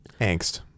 Angst